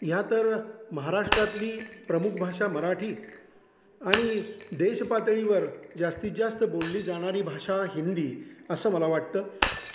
ह्या तर महाराष्ट्रातली प्रमुख भाषा मराठी आणि देशपातळीवर जास्तीत जास्त बोलली जाणारी भाषा हिंदी असं मला वाटतं